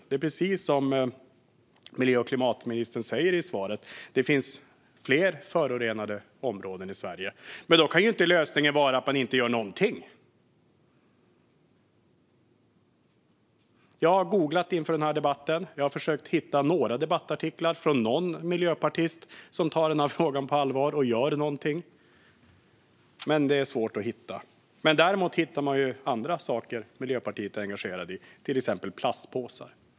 Det är precis som miljö och klimatministern sa i sitt svar, nämligen att det finns fler förorenade områden i Sverige. Men då kan inte lösningen vara att inte göra någonting. Jag har googlat inför debatten, och jag har försökt att hitta några debattartiklar från någon miljöpartist som tar frågan på allvar och gör någonting, men det är svårt att hitta. Däremot hittar man andra saker som Miljöpartiet är engagerat i, till exempel plastpåsar.